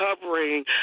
covering